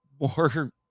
more